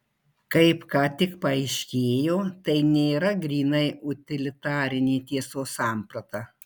kaip ką tik paaiškėjo tai nėra grynai utilitarinė tiesos samprata